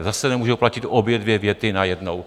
Zase nemůžou platit obě dvě věty najednou.